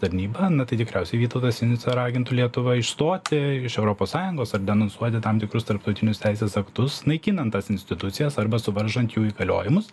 tarnyba na tai tikriausiai vytautas sinica ragintų lietuvą išstoti iš europos sąjungos ar denonsuoti tam tikrus tarptautinius teisės aktus naikinant tas institucijas arba suvaržant jų įgaliojimus